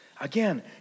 Again